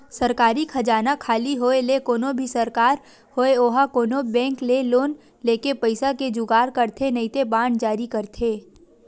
सरकारी खजाना खाली होय ले कोनो भी सरकार होय ओहा कोनो बेंक ले लोन लेके पइसा के जुगाड़ करथे नइते बांड जारी करथे